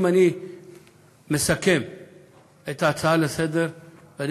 אם אני מסכם את ההצעה לסדר-היום,